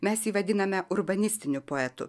mes jį vadiname urbanistiniu poetu